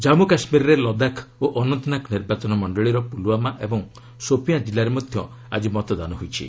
ଜନ୍ମୁ କାଶ୍ମୀରରେ ଲଦାଖ୍ ଓ ଅନନ୍ତନାଗ ନିର୍ବାଚନ ମଣ୍ଡଳୀର ପୁଲ୍ୱାମା ଏବଂ ସୋପିଆଁ ଜିଲ୍ଲାରେ ମଧ୍ୟ ଆଜି ମତଦାନ ହୋଇଛି